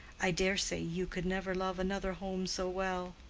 i dare say you could never love another home so well.